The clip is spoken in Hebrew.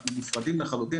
אנחנו נפרדים לחלוטין.